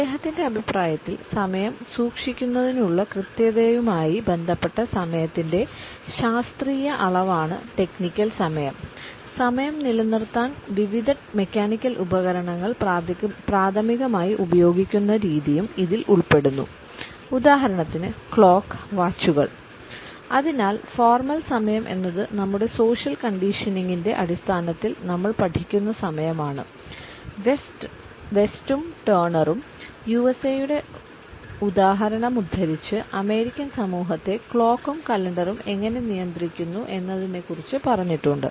അദ്ദേഹത്തിന്റെ അഭിപ്രായത്തിൽ സമയം സൂക്ഷിക്കുന്നതിനുള്ള കൃത്യതയുമായി ബന്ധപ്പെട്ട സമയത്തിന്റെ ശാസ്ത്രീയ അളവാണ് ടെക്നിക്കൽ യുഎസ്എയുടെ ഉദാഹരണം ഉദ്ധരിച്ച് അമേരിക്കൻ സമൂഹത്തെ ക്ലോക്കും കലണ്ടറും എങ്ങനെ നിയന്ത്രിക്കുന്നു എന്നതിനെക്കുറിച്ച് പറഞ്ഞിട്ടുണ്ട്